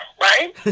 right